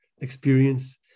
experience